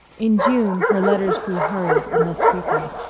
in june her letters grew hurried and less frequent.